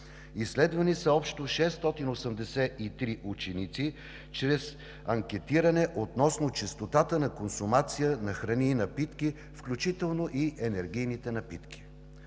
Изследвани са общо 683 ученици чрез анкетиране относно честотата на консумация на храни и напитки, включително и енергийните напитки.